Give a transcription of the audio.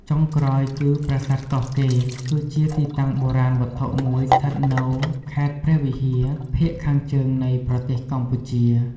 ចុងក្រោយគឺ ប្រាសាទកោះកេរ គឺជាទីតាំងបុរាណវត្ថុមួយស្ថិតនៅខេត្តព្រះវិហារ ភាគខាងជើងនៃប្រទេសកម្ពុជា។